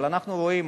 אבל אנחנו רואים,